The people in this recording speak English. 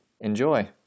Enjoy